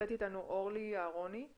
נמצאת איתנו אורלי אהרוני.